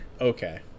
Okay